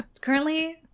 currently